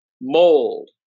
mold